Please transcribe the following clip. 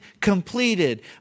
completed